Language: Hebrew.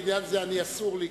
בעניין זה אסור לי,